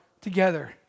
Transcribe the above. together